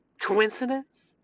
Coincidence